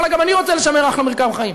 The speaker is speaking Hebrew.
ואללה, גם אני רוצה לשמר אחלה מרקם חיים.